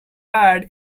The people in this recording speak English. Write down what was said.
had